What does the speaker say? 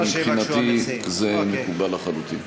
מבחינתי זה מקובל לחלוטין.